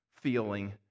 feeling